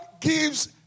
gives